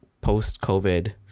post-COVID